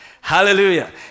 Hallelujah